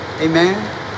amen